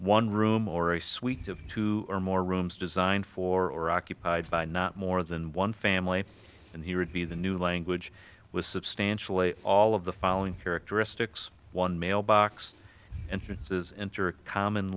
one room or a suite of two or more rooms designed for occupied by not more than one family and he would be the new language with substantially all of the following characteristics one mailbox entrances